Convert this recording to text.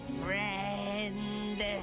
friend